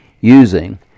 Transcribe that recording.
using